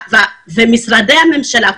משרדי הממשלה,